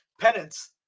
penance